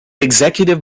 executive